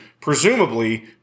presumably